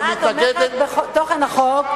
אבל מתנגדת, הממשלה תומכת בתוכן החוק.